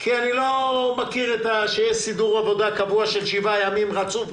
אני לא מכיר את זה שיש סידור עבודה קבוע של שבעה ימים רצוף.